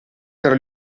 tra